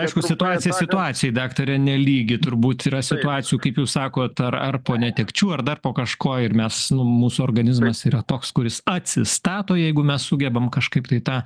aišku situacija situacijai daktare nelygi turbūt yra situacijų kaip jūs sakot ar ar po netekčių ar dar po kažko ir mes nu mūsų organizmas yra toks kuris atsistato jeigu mes sugebam kažkaip tai tą